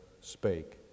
spake